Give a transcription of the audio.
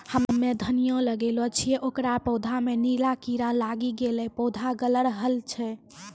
हम्मे धनिया लगैलो छियै ओकर पौधा मे नीला कीड़ा लागी गैलै पौधा गैलरहल छै?